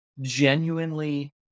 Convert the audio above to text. genuinely